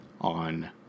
on